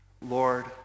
Lord